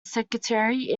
secretary